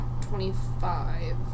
twenty-five